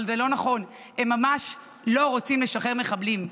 אבל זה לא נכון, הם ממש לא רוצים לשחרר מחבלים.